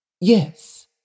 Yes